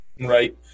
Right